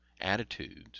attitudes